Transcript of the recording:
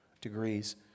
degrees